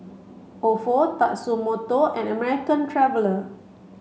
Ofo Tatsumoto and American Traveller